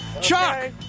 Chuck